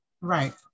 Right